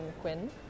Quinn